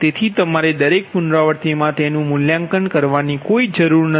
તેથી તમારે દરેક પુનરાવૃત્તિમાં તેનું મૂલ્યાંકન કરવાની જરૂર નથી